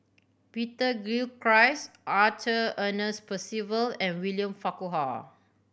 Peter Gilchrist Arthur Ernest Percival and William Farquhar